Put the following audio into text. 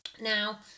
now